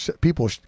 people